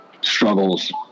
struggles